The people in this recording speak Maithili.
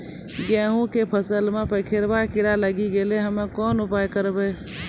गेहूँ के फसल मे पंखोरवा कीड़ा लागी गैलै हम्मे कोन उपाय करबै?